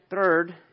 third